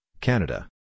Canada